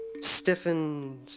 stiffened